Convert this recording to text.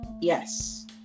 Yes